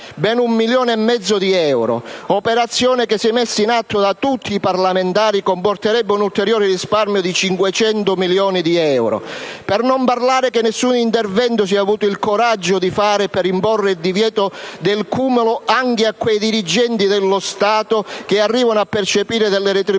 ben 1,5 milioni di euro. È un'operazione che, se messa in atto da tutti i parlamentari, comporterebbe un ulteriore risparmio di 500 milioni di euro. Per non parlare del fatto che nessun intervento si è avuto il coraggio di fare per imporre il divieto del cumulo anche a quei dirigenti dello Stato che arrivano a percepire retribuzioni